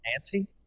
Nancy